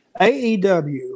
AEW